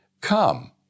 come